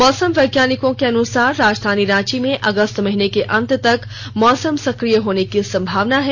मौसम वैज्ञानिको के अनुसार राजधानी रांची में अगस्त महीने के अंत तक मौसम सकिय रहने की संभावना है